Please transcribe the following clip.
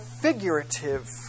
figurative